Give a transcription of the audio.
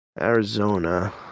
Arizona